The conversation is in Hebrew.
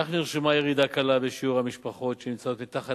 כך נרשמה ירידה קלה בשיעור המשפחות שנמצאו מתחת